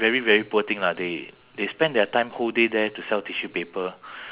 this is what I did lah I I think it's one of my best thought lah